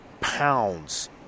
pounds